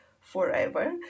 forever